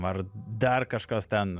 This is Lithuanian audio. ar dar kažkas ten